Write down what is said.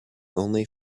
only